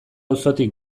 auzotik